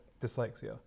dyslexia